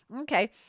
Okay